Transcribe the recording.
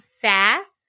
fast